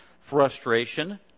frustration